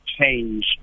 change